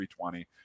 320